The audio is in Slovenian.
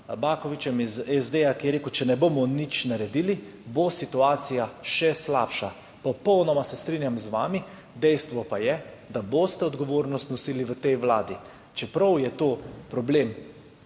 Bakovićem iz SD, ki je rekel, da če ne bomo nič naredili, bo situacija še slabša. Popolnoma se strinjam z vami, dejstvo pa je, da boste odgovornost nosili v tej vladi, čeprav je to problem,